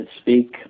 speak